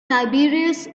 tiberius